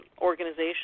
organization